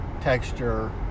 texture